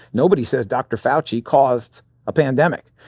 nobody says dr. fauci caused a pandemic.